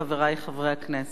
חברי חברי הכנסת,